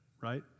right